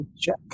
check